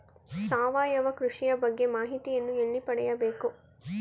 ಸಾವಯವ ಕೃಷಿಯ ಬಗ್ಗೆ ಮಾಹಿತಿಯನ್ನು ಎಲ್ಲಿ ಪಡೆಯಬೇಕು?